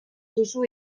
duzu